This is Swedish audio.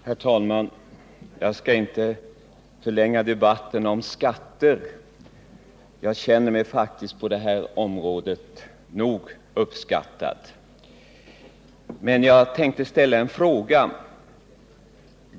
Herr talman! Jag skall inte förlänga debatten om skatterna. Jag känner mig faktiskt på detta område nog uppskattad. Men jag tänkte ställa en fråga.